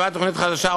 נכתבה תוכנית חדשה,